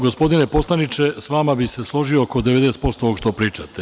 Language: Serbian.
Gospodine poslaniče, sa vama bih se složio oko 90% ovoga što pričate.